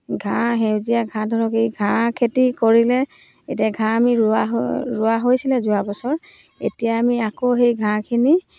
ঘাঁহ সেউজীয়া ঘাঁহ ধৰক এই ঘাঁহ খেতি কৰিলে এতিয়া ঘাঁহ আমি ৰোৱা হৈ ৰোৱা হৈছিলে যোৱা বছৰ এতিয়া আমি আকৌ সেই ঘাঁহখিনি